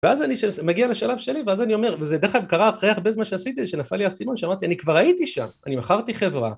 ואז אני מגיע לשלב שלי ואז אני אומר, וזה בדרך כלל קרה אחרי הרבה זמן שעשיתי שנפל לי הסימון, שאמרתי אני כבר הייתי שם, אני מכרתי חברה